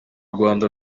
rwanda